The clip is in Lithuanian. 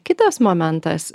kitas momentas